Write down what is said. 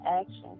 action